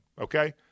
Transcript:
okay